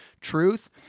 truth